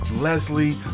Leslie